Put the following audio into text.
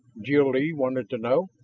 jil-lee wanted to know.